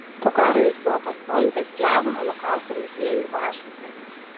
po karo jis buvo paskolintas jav holokausto muziejui vašingtone